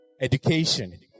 Education